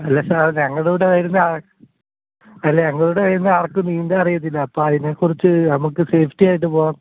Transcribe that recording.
അല്ല സാർ ഞങ്ങളുടെ കൂടെ വരുന്ന അല്ല ഞങ്ങളുടെ കൂടെ വരുന്ന ആർക്കും നീന്താൻ അറിയത്തില്ല അപ്പം അതിനെക്കുറിച്ച് നമുക്ക് സേഫ്റ്റിയായിട്ട് പോകാം